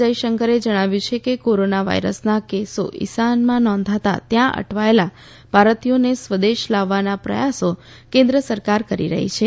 જયશંકરે જણાવ્યું છે કે કોરોના વાયરસના કેસો ઇરાનમાં નોંધાતા ત્યાં અટવાયેલા ભારતીયોને સ્વદેશ લાવવાના પ્રયાસો કેન્દ્ર સરકાર કરી રહી છે